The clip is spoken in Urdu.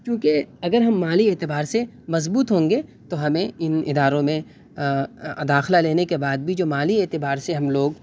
چوںکہ اگر ہم مالی اعتبار سے مضبوط ہوں گے تو ہمیں ان اداروں میں داخلہ لینے کے بعد بھی جو مالی اعتبار سے ہم لوگ